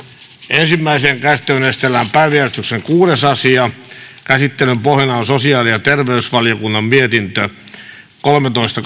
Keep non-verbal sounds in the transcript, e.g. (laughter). ensimmäiseen käsittelyyn esitellään päiväjärjestyksen kuudes asia käsittelyn pohjana on sosiaali ja terveysvaliokunnan mietintö kolmetoista (unintelligible)